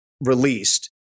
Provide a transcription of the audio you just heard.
released